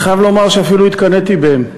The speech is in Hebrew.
אני חייב לומר שאפילו התקנאתי בהם,